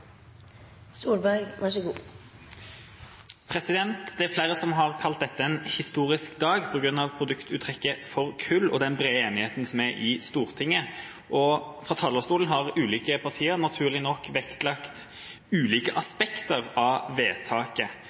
Det er flere som har kalt dette en historisk dag på grunn av produktuttrekket av kull og den brede enigheten som er i Stortinget. Fra talerstolen har ulike partier naturlig nok vektlagt ulike aspekter av vedtaket.